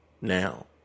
now